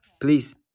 please